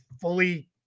fully